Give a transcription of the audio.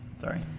sorry